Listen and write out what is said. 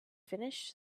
finish